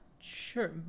Sure